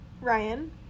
Ryan